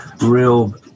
real